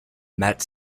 met